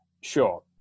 Sure